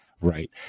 Right